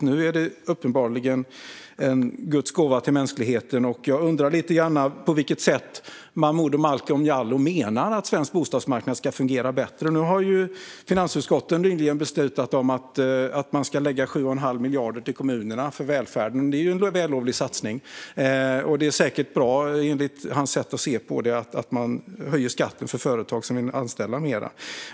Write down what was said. Men nu är det uppenbarligen en Guds gåva till mänskligheten. Jag undrar lite grann på vilket sätt Momodou Malcolm Jallow menar att svensk bostadsmarknad ska kunna fungera bättre. Nu har finansutskottet nyligen beslutat om att man ska lägga 7 1⁄2 miljard till kommunerna för välfärden. Det är en vällovlig satsning, och det är säkert bra, enligt Momodou Malcolm Jallows sätt att se det, att man höjer skatten för företag som vill anställa fler.